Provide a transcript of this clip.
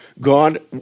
God